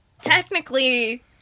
technically